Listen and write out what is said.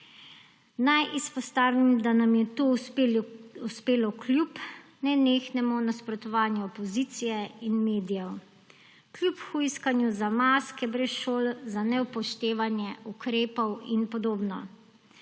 Naj izpostavim, da nam je to uspelo kljub nenehnemu nasprotovanju opozicije in medijev, kljub hujskanju za maske brez šol, za neupoštevanje ukrepov in podobno.